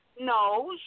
No